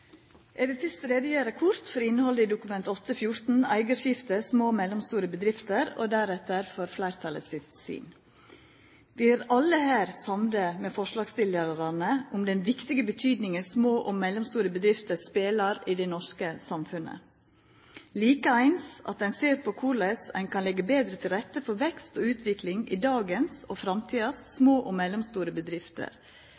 Eg vil fyrst kort gjera greie for innhaldet i Dokument 8:14 S for 2010–2011 om eigarskifte i små og mellomstore bedrifter og deretter for fleirtalets syn. Vi er alle her samde med forslagsstillarane i den viktige rolla små og mellomstore bedrifter spelar i det norske samfunnet, likeins at ein ser på korleis ein kan leggja betre til rette for vekst og utvikling i dagens og framtidas